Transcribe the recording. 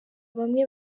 bamwe